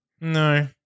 No